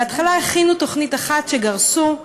בהתחלה הכינו תוכנית אחת, שגרסו.